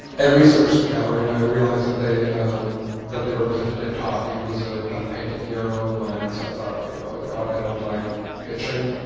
i researched the gallery, and i realized that they that they represented david hockney, who was a painting hero of mine, and so i thought, ok, you know but i don't like pitching,